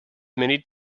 many